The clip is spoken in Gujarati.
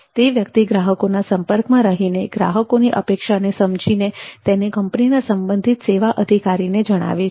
તે વ્યક્તિ ગ્રાહકોના સંપર્કમાં રહી ગ્રાહકોની અપેક્ષાને સમજીને તેને કંપનીના સંબંધિત સેવા અધિકારીને જણાવે છે